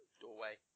doorway